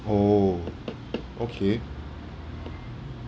oh okay